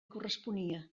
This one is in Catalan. corresponia